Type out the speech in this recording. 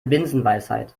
binsenweisheit